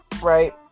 right